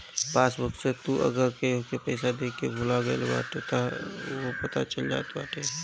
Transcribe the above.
passbook से तू अगर केहू के पईसा देके भूला गईल बाटअ तअ उहो पता चल जात बाटे